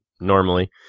normally